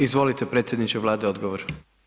Izvolite predsjedniče Vlade, odgovor.